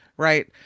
Right